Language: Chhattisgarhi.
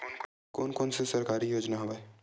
कोन कोन से सरकारी योजना हवय?